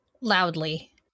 Loudly